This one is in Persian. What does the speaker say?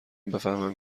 بفهمم